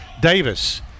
Davis